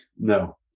no